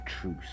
truce